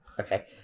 Okay